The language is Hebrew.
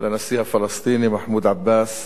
לנשיא הפלסטיני, מחמוד עבאס,